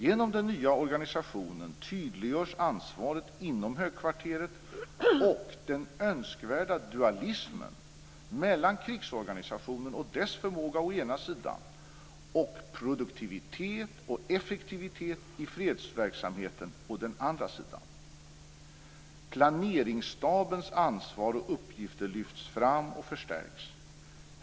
Genom den nya organisationen tydliggörs ansvaret inom högkvarteret och den önskvärda dualismen mellan krigsorganisationen och dess förmåga å ena sidan och produktivitet och effektivitet i fredsverksamheten å den andra sidan. Planeringsstabens ansvar och uppgifter lyfts fram och förstärks.